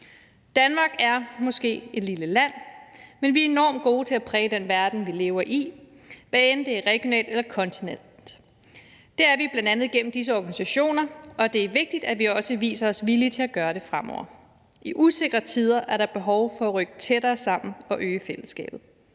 Danmark er måske et lille land, men vi er enormt gode til at præge den verden, vi lever i, hvad end det er regionalt eller kontinentalt. Det er vi bl.a. igennem disse organisationer, og det er vigtigt, at vi også viser os villige til at gøre det fremover. I usikre tider er der behov for at rykke tættere sammen og styrke fællesskabet.